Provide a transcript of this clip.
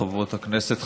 חברות הכנסת,